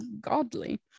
godly